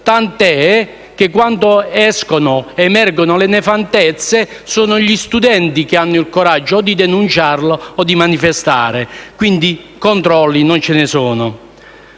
tant'è vero che quando emergono le nefandezze è perché sono gli studenti che hanno il coraggio di denunciarle o di manifestare, quindi controlli non ce ne sono.